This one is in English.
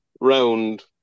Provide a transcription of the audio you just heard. round